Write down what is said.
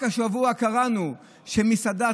רק השבוע קראנו שמסעדה,